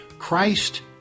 Christ